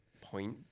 point